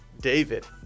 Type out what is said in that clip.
David